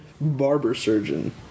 barber-surgeon